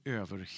över